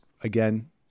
again